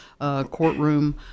courtroom